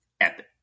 Epic